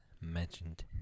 Mentioned